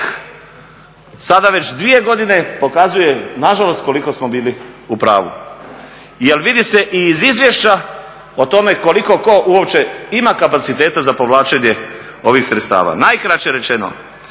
sada već dvije godine pokazuje nažalost koliko smo bili u pravu. Jel vidi se i iz izvješća o tome koliko ko uopće ima kapaciteta za povlačenje ovih sredstava. Najkraće